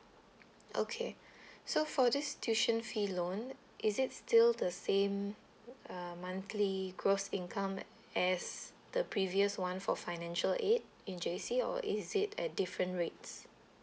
okay so for this tuition fee loan is it still the same uh monthly gross income as the previous one for financial aid in J_C or is it at different rates